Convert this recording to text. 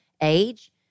age